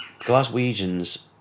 Glaswegians